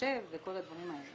מחשב וכל הדברים האלה.